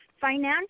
Financial